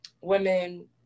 women